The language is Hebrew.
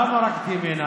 למה רק ימינה?